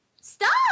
Stop